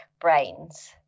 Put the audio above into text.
brains